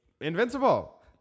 invincible